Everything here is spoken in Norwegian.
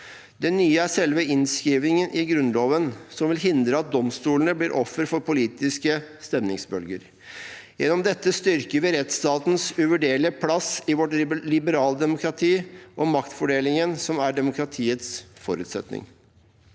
Det nye er selve innskrivningen i Grunnloven, som vil hindre at domstolene blir offer for politiske stemningsbølger. Gjennom dette styrker vi rettsstatens uvurderlige plass i vårt liberale demokrati og maktfordelingen, som er demokratiets forutsetning.